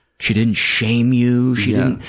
she didn't shame you. she didn't,